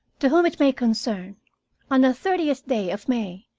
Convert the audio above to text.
to whom it may concern on the thirtieth day of may,